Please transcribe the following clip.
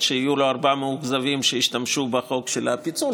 שיהיו לו ארבעה מאוכזבים שישתמשו בחוק של הפיצול,